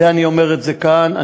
אני אומר את זה כאן.